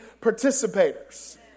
participators